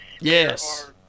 Yes